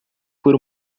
por